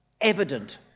evident